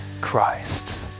Christ